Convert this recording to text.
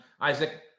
Isaac